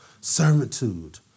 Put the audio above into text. Servitude